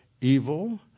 evil